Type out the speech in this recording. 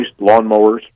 lawnmowers